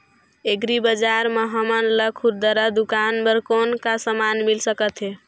Agri बजार म हमन ला खुरदुरा दुकान बर कौन का समान मिल सकत हे?